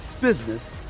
business